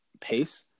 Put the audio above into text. pace